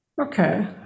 Okay